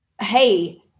hey